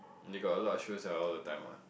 they got a lot of shows ah all the time ah